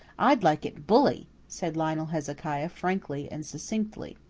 i'd like it bully, said lionel hezekiah frankly and succinctly.